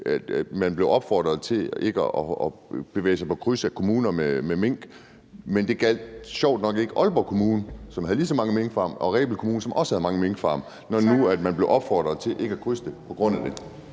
man blev opfordret til ikke at bevæge sig gennem kommuner, hvor der var minkalv, men at det sjovt nok ikke gjaldt i Aalborg Kommune, som havde lige så mange minkfarme, og i Rebild Kommune, som også havde mange minkfarme? Man blev jo opfordret til ikke at krydse kommunegrænserne på grund af det.